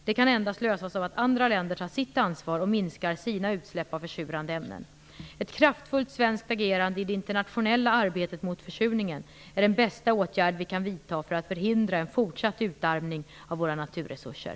De kan endast lösas av att andra länder tar sitt ansvar och minskar sina utsläpp av försurande ämnen. Ett kraftfullt svenskt agerande i det internationella arbetet mot försurningen är den bästa åtgärd vi kan vidta för att förhindra en fortsatt utarmning av våra naturresurser.